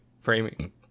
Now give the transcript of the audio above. framing